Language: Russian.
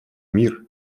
мир